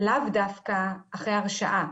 לאו דווקא אחרי הרשעה.